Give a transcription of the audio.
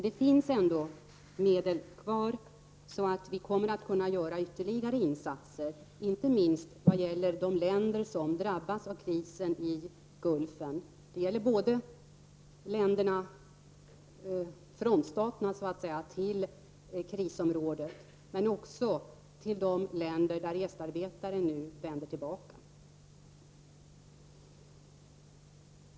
Det finns ändå medel kvar, och vi kommer således att kunna göra ytterligare insatser, inte minst vad gäller de länder som drabbas av krisen i Gulfen. Det gäller både frontstaterna i krisområdet och de länder varifrån gästarbetare nu vänder tillbaka.